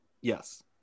Yes